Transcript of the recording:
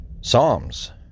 Psalms